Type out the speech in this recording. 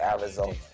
Arizona